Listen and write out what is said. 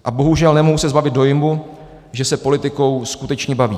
A bohužel se nemohu zbavit dojmu, že se politikou skutečně baví.